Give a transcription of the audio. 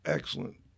Excellent